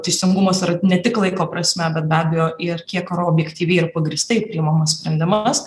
teisingumas yra ne tik laiko prasme bet be abejo ir kiek yra objektyviai ir pagrįstai priimamas sprendimas